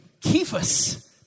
Kephas